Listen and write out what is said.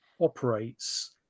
operates